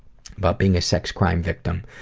about being a sex crime victim,